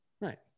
Right